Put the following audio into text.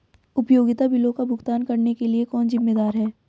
उपयोगिता बिलों का भुगतान करने के लिए कौन जिम्मेदार है?